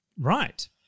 Right